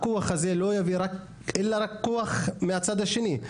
הכוח הזה לא יביא אלא רק כוח מהצד השני.